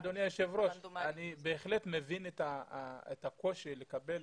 אדוני היושב ראש, אני בהחלט מבין את הקושי לקבל